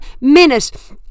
minute